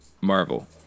Marvel